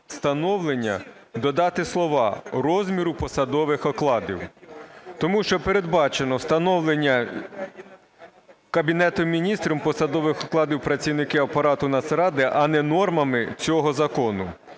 "встановлення" додати слова "розміру посадових окладів". Тому що передбачено встановлення Кабінетом Міністрів посадових окладів працівників апарату Нацради, а не нормами цього закону.